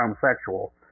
homosexual